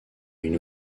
une